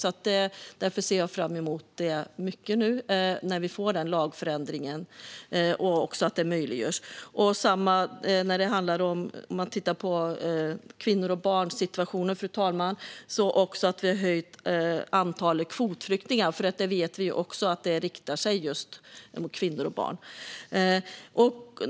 Jag ser därför mycket fram emot att nu få den lagändringen och att detta möjliggörs. När vi talar om kvinnors och barns situation är det också viktigt att vi har höjt antalet kvotflyktingar, för vi vet att det också riktar sig mot kvinnor och barn.